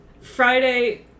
Friday